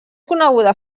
coneguda